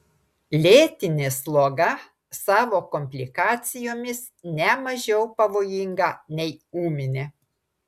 lėtinė sloga savo komplikacijomis ne mažiau pavojinga nei ūminė